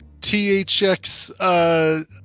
THX